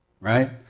right